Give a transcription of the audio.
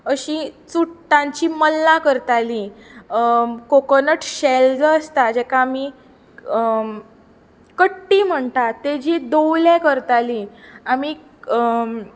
अशी चुडटांचीं मल्लां करतालीं कॉकॉनट शॅल जो आसता जेका आमी कट्टी म्हणटात तेजी दवले करतालीं आमीं